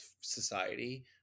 society